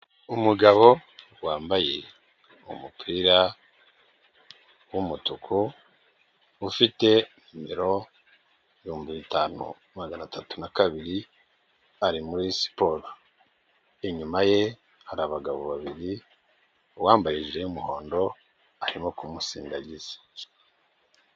Umugabo wambaye umupira w'umutuku, ufite nimero ibihumbi bitanu magana atatu na kabiri ari muri siporo, inyuma ye hari abagabo babiri wambayejije y'umuhondo arimo kumusindangiza.